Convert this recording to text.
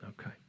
Okay